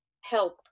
help